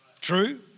true